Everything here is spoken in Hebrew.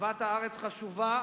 אהבת הארץ חשובה,